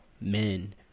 men